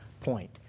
point